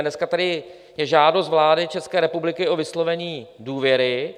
Dneska tady je žádost vlády České republiky o vyslovení důvěry.